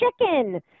chicken